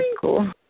cool